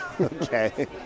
Okay